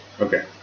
Okay